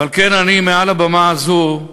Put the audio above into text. ועל כן אני, מעל הבמה הזו,